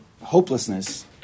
hopelessness